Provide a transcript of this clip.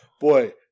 boy